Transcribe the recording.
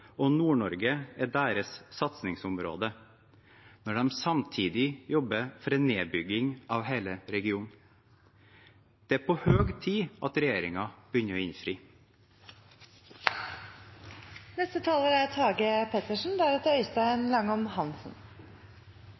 og Nord-Norge er deres satsingsområde, men samtidig jobber for en nedbygging av hele regionen? Det er på høy tid at regjeringen begynner å innfri. Statistikken viser oss at det går godt i Distrikts-Norge. Ledigheten er